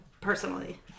Personally